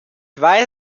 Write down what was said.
weiß